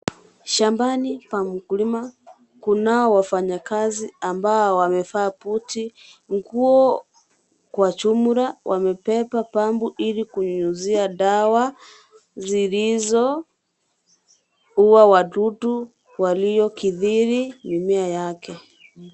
Shambani pa mkulima kunao wafanyakazi amabo wamevaa buti, nguo kwa jumla. Wamebeba pampu ili kunyunyizia dawa zilizouwa wadudu waliokithiri mimea yake.